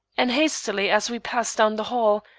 and hastily as we passed down the hall,